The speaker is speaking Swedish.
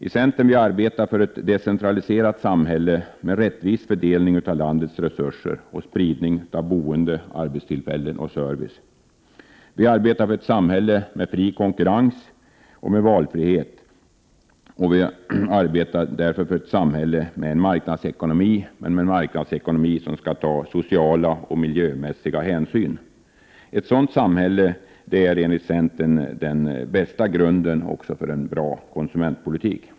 I centern arbetar vi för ett decentraliserat samhälle med en rättvis fördelning av landets resurser och spridning av boende, arbetstillfällen och service. Vi arbetar för ett samhälle med fri konkurrens och valfrihet. Därför arbetar vi för ett samhälle med marknadsekonomi som skall ta sociala och miljömässiga hänsyn. Ett sådant samhälle är enligt centern också den bästa grunden för en bra konsumentpolitik.